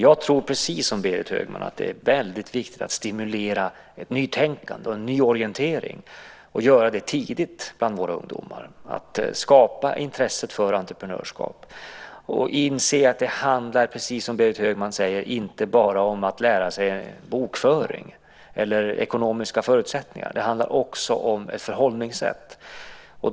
Jag tror, precis som Berit Högman, att det är väldigt viktigt att stimulera ett nytänkande och en nyorientering, att göra det tidigt bland våra ungdomar, att skapa intresse för entreprenörskap. Man måste inse, som Berit Högman säger, att det inte bara handlar om att lära sig bokföring eller ekonomiska förutsättningar. Det handlar också om ett förhållningssätt.